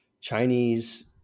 Chinese